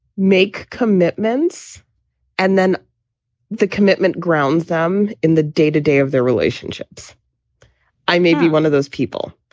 make commitments and then the commitment grounds them in the day to day of their relationships i may be one of those people.